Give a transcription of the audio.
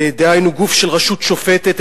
דהיינו גוף של רשות שופטת,